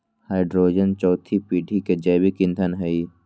hydrogen चउथी पीढ़ी के जैविक ईंधन हई